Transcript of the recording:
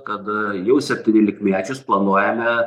kad jau septyniolikmečius planuojame